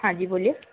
हाँ जी बोलिए